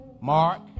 Mark